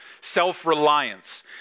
self-reliance